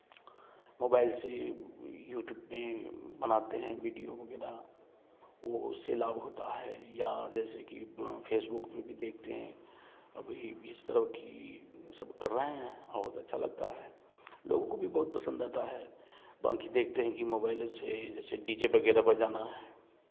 mobile से YouTube में बनाते हैं विडियो वगैरह वह उससे लाभ होता है या जैसे की फेसबुक पर भी देखते हैं अब इस तरफ़ की सब कर रहे हैं बहुत अच्छा लगता है लोगों को भी बहुत पसंद आता है बाकी देखते हैं कि मोबाईले से डी जे वगैरह बजाना है